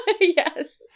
Yes